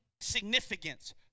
significance